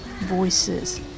voices